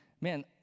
man